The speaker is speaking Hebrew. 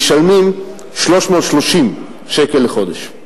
משלמים 330 שקל לחודש.